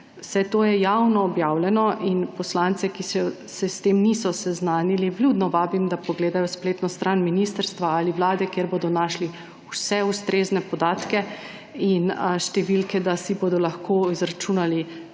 Vse to je javno objavljeno in poslance, ki se s tem še niso seznanili, vljudno vabim, da pogledajo spletno stran ministrstva ali vlade, kjer bodo našli vse ustrezne podatke in številke, da si bodo lahko izračunali,